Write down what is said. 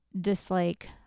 dislike